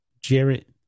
Jarrett